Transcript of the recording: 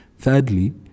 Thirdly